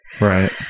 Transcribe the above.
Right